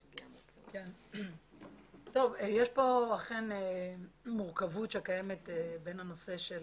אכן יש כאן מורכבות שקיימת בין הנושא של